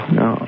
no